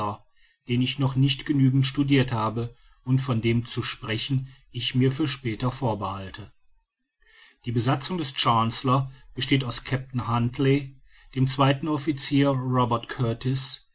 den ich noch nicht genügend studirt habe und von dem zu sprechen ich mir für später vorbehalte die besatzung des chancellor besteht aus kapitän huntly dem zweiten officier robert kurtis